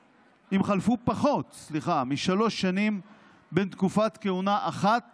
פחות משלוש שנים בין תקופת כהונה אחת